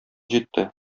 җитте